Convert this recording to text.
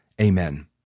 Amen